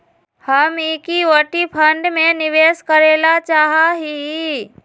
हम equity fund में निवेश करे ला चाहा हीयी